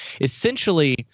essentially